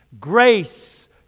Grace